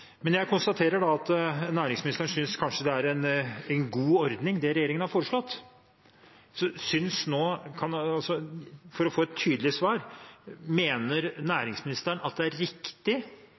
Men jeg konstaterer at næringsministeren synes kanskje det er en god ordning, det regjeringen har foreslått. For å få et tydelig svar: Mener næringsministeren at det er riktig